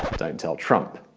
don't tell trump!